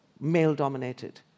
male-dominated